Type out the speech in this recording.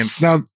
Now